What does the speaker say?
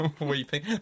Weeping